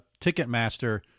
Ticketmaster